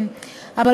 עכשיו,